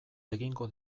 egingo